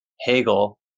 Hegel